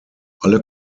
alle